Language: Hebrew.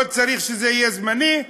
לא צריך שזה יהיה זמני,